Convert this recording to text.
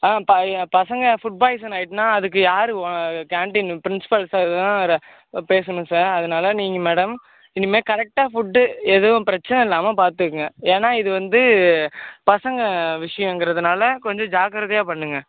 பசங்க ஃபுட் பாய்சனாயிட்டுன்னா அதுக்கு யார் ஓ கேன்டீன் பிரின்சிபால் சார் தான் ரெ பேசணும் சார் அதனால் நீங்கள் மேடம் இனிமே கரெக்ட்டாக ஃபுட் எதுவும் பிரச்சனை இல்லாமல் பார்த்துக்கங்க ஏன்னா இது வந்து பசங்க விஷயங்கிறதுனால கொஞ்சம் ஜாக்கிரதையாக பண்ணுங்கள்